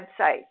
website